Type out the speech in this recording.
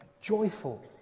Joyful